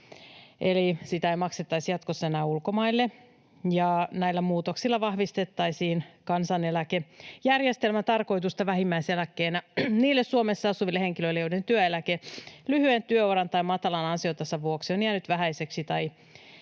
eli sitä ei maksettaisi jatkossa enää ulkomaille. Näillä muutoksilla vahvistettaisiin kansaneläkejärjestelmän tarkoitusta vähimmäiseläkkeenä niille Suomessa asuville henkilöille, joiden työeläke lyhyen työuran tai matalan ansiotason vuoksi on jäänyt vähäiseksi tai